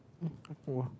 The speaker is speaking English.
um uh !wah!